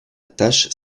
tâche